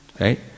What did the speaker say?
Right